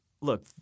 look –